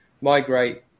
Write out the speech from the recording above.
Migrate